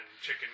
chicken